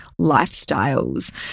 lifestyles